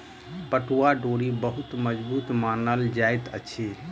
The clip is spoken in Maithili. पटुआक डोरी बहुत मजबूत मानल जाइत अछि